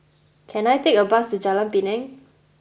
can I take a bus to Jalan Pinang